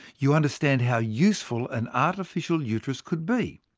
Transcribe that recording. you understand how useful an artificial uterus could be.